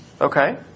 Okay